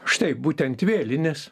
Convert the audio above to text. štai būtent vėlinės